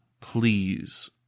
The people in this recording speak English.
please